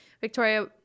victoria